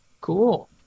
cool